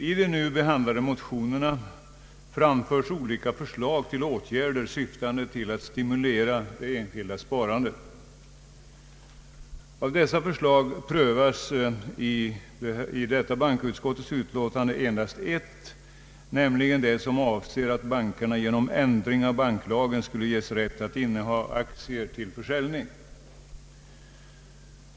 I de nu behandlade motionerna framförs olika förslag till åtgärder syftande till att stimulera det enskilda sparandet. Av dessa förslag prövas i bankoutskottets utlåtande endast ett, nämligen det som avser att bankerna genom ändring av banklagen skulle ges rätt att inneha aktier till försäljning.